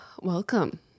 Welcome